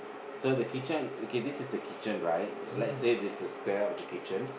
so the kitchen okay so this is the kitchen right let's say this is square of the kitchen